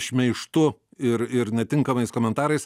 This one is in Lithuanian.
šmeižtu ir ir netinkamais komentarais